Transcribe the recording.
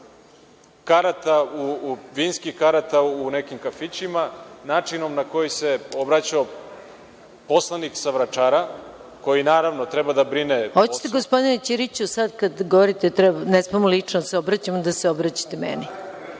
karata, vinskih karata u nekim kafićima, načinom na koji se obraćao poslanik sa Vračara, koji naravno treba da brine … **Maja Gojković** Hoćete li, gospodine Ćiriću, sada kada govorite da ne smemo lično da se obraćamo, da se obraćate meni?